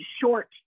short